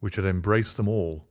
which had embraced them all,